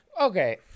okay